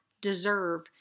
deserve